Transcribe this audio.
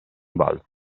balzo